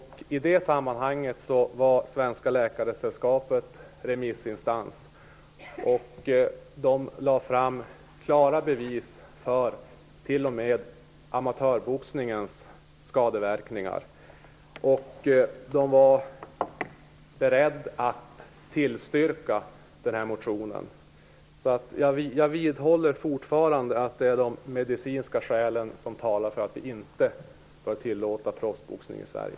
I det sammanhanget var Svenska Läkaresällskapet remissinstans. Klara bevis även för amatörboxningens skadeverkningar lades då fram. Sällskapet var berett att tillstyrka motionen. Jag vidhåller alltså fortfarande att det är de medicinska skälen som talar för att vi inte bör tillåta proffsboxning i Sverige.